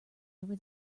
over